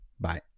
Bye